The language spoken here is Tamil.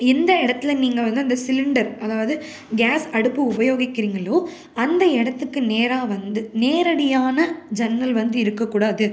எந்த இடத்துல நீங்கள் வந்து அந்த சிலிண்டர் அதாவது கேஸ் அடுப்பு உபயோகிக்கிறீங்களோ அந்த இடத்துக்கு நேராக வந்து நேரடியான ஜன்னல் வந்து இருக்கக் கூடாது